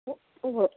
ம்